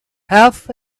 half